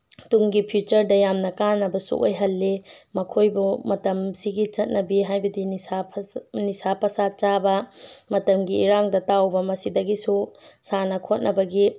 ꯇꯨꯡꯒꯤ ꯐ꯭ꯌꯨꯆꯔꯗ ꯌꯥꯝꯅ ꯀꯥꯟꯅꯕꯁꯨ ꯑꯣꯏꯍꯜꯂꯤ ꯃꯈꯣꯏꯕꯨ ꯃꯇꯝꯁꯤꯒꯤ ꯆꯠꯅꯕꯤ ꯍꯥꯏꯕꯗꯤ ꯅꯤꯁꯥ ꯄꯁꯥ ꯅꯤꯁꯥ ꯄꯁꯥ ꯆꯥꯕ ꯃꯇꯝꯒꯤ ꯏꯔꯥꯡꯗ ꯇꯥꯎꯕ ꯃꯁꯤꯗꯒꯤꯁꯨ ꯁꯥꯟꯅ ꯈꯣꯠꯅꯕꯒꯤ